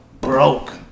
broke